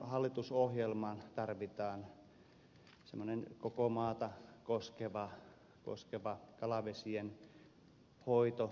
seuraavaan hallitusohjelmaan tarvitaan koko maata koskeva kalavesien hoitohanke